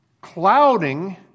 clouding